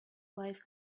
life